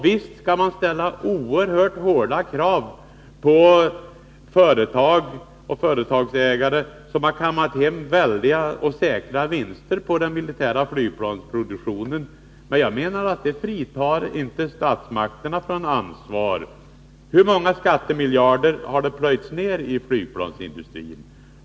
Visst skall man ställa oerhört hårda krav på företag och företagsägare som har kammat hem väldiga och säkra vinster på den militära flygplansproduktionen, men jag menar att det inte fritar statmakterna från ansvar. Hur många skattemiljarder har plöjts ner i flygplansindustrin?